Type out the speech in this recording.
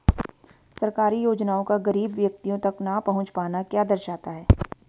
सरकारी योजनाओं का गरीब व्यक्तियों तक न पहुँच पाना क्या दर्शाता है?